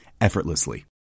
effortlessly